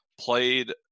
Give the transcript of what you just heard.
played